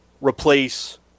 replace